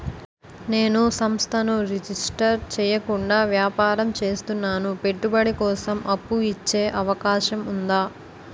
నేను సంస్థను రిజిస్టర్ చేయకుండా వ్యాపారం చేస్తున్నాను పెట్టుబడి కోసం అప్పు ఇచ్చే అవకాశం ఉందా?